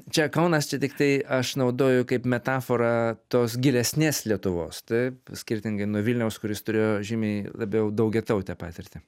čia kaunas čia tiktai aš naudoju kaip metaforą tos gilesnės lietuvos taip skirtingai nuo vilniaus kuris turėjo žymiai labiau daugiatautę patirtį